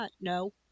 no